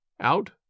out